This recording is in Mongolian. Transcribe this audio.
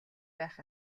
байх